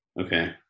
Okay